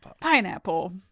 Pineapple